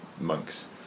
monks